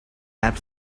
lab